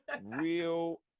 real